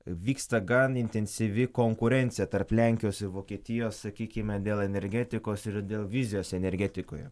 vyksta gan intensyvi konkurencija tarp lenkijos ir vokietijos sakykime dėl energetikos ir dėl vizijos energetikoje